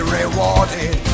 rewarded